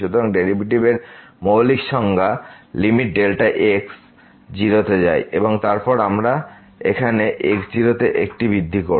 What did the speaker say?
সুতরাং ডেরিভেটিভের মৌলিক সংজ্ঞা যে limit delta x 0 তে যায় এবং তারপর আমরা এখানে x0তে একটি বৃদ্ধি করব